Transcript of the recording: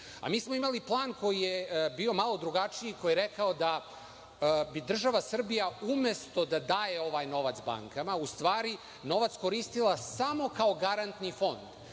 deo. Mi smo imali plan koji je bio malo drugačiji, koji je rekao da bi država Srbija umesto da daje ovaj novac bankama u stvari novac koristila samo kao garantni fond,